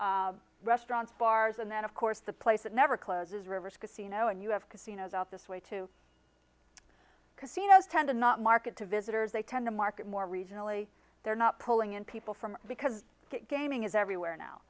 want restaurants bars and then of course a place that never closes rivers casino and you have casinos out this way to casinos tend to not market to visitors they tend to market more regionally they're not pulling in people from because gaming is everywhere now